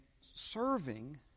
serving